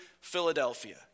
Philadelphia